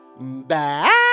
back